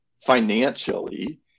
financially